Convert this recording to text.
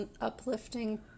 uplifting